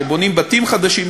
כשבונים בתים חדשים,